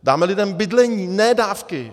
Dáme lidem bydlení, ne dávky.